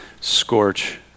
scorch